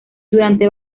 durante